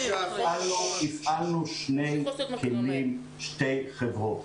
הפעלנו שתי חברות.